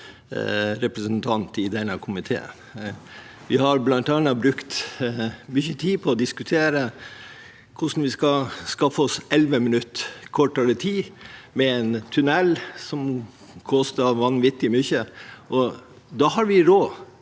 representant i denne komiteen. Vi har bl.a. brukt mye tid på å diskutere hvordan vi skal skaffe oss elleve minutter kortere tid med en tunnel som koster vanvittig mye. Da har vi råd.